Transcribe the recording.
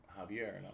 Javier